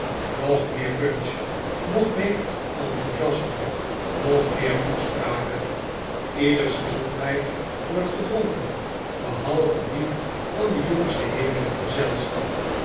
nog meer punch nog meer enthousiasme nog meer toespraken leders gezondheid wordt gedronken behalve die van den jongsten heer in het gezelschap